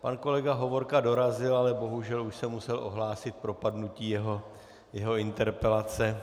Pan kolega Hovorka dorazil, ale bohužel už jsem musel ohlásit propadnutí jeho interpelace.